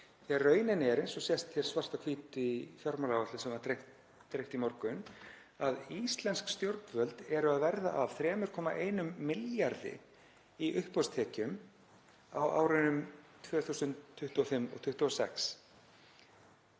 þegar raunin er, eins og sést svart á hvítu í fjármálaáætlun sem var dreift í morgun, að íslensk stjórnvöld eru að verða af 3,1 milljarði í uppboðstekjum á árunum 2025 og 2026.